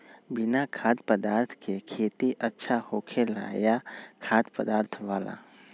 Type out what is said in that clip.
बिना खाद्य पदार्थ के खेती अच्छा होखेला या खाद्य पदार्थ वाला?